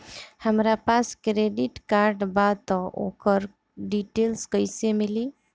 हमरा पास credit card बा त ओकर डिटेल्स कइसे मिली?